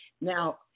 Now